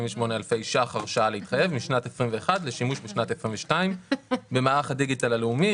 אלפי ₪ הרשאה להתחייב משנת 2021 לשימוש בשנת 2022 במערך הדיגיטל הלאומי,